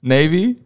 Navy